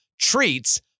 treats